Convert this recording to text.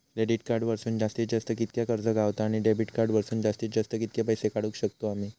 Credit card वरसून जास्तीत जास्त कितक्या कर्ज गावता, आणि डेबिट कार्ड वरसून जास्तीत जास्त कितके पैसे काढुक शकतू आम्ही?